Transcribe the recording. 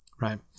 Right